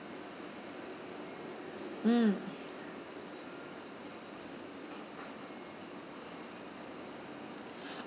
mm